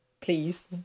Please